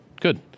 Good